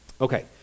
Okay